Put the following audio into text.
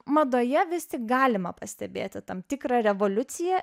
madoje vis tik galima pastebėti tam tikrą revoliuciją